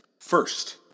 first